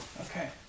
Okay